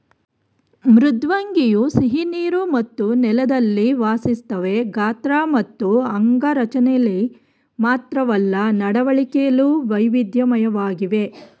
ಮೃದ್ವಂಗಿಯು ಸಿಹಿನೀರು ಮತ್ತು ನೆಲದಲ್ಲಿ ವಾಸಿಸ್ತವೆ ಗಾತ್ರ ಮತ್ತು ಅಂಗರಚನೆಲಿ ಮಾತ್ರವಲ್ಲ ನಡವಳಿಕೆಲು ವೈವಿಧ್ಯಮಯವಾಗಿವೆ